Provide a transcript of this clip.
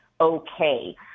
okay